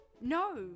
No